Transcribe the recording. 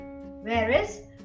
Whereas